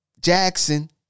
Jackson